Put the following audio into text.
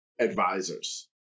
advisors